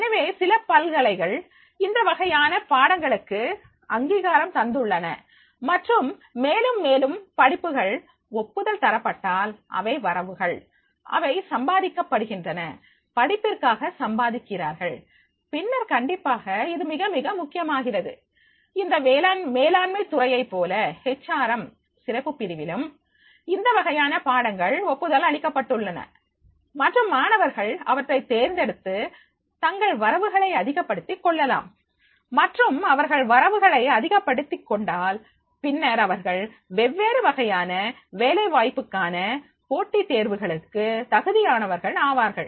எனவே சில பல்கலைகள் இந்த வகையான பாடங்களுக்கு அங்கீகாரம் தந்துள்ளன மற்றும் மேலும் மேலும் படிப்புகள் ஒப்புதல் தரப்பட்டால் அவை வரவுகள் அவை சம்பாதிக்கப்படுகின்றன படிப்பிற்காக சம்பாதிக்கிறார்கள் பின்னர் கண்டிப்பாக இது மிக மிக முக்கியமாகிறது இந்த மேலாண்மை துறையை போல ஹச் ஆர் எம் சிறப்பு பிரிவிலும் இந்தவகையான பாடங்கள் ஒப்புதல் அளிக்கப்பட்டுள்ளன மற்றும் மாணவர்கள் அவற்றைத் தேர்ந்தெடுத்து தங்கள் வரவுகளை அதிகப்படுத்திக் கொள்ளலாம் மற்றும் அவர்கள் வரவுகளை அதிகப்படுத்திக் கொண்டால் பின்னர் அவர்கள் வெவ்வேறு வகையான வேலைவாய்ப்புக்கான போட்டி தேர்வுகளுக்கு தகுதியானவர்கள் ஆவார்கள்